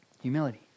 Humility